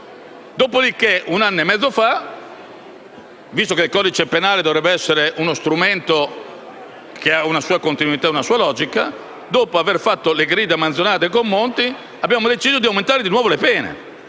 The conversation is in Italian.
dopodiché, un anno e mezzo fa (visto che il codice penale dovrebbe essere uno strumento che ha una sua continuità ed una sua logica), dopo aver fatto le gride manzoniane con Monti, abbiamo deciso di aumentare di nuovo le pene.